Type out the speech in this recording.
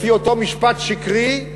לפי אותו משפט שקרי,